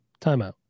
Timeout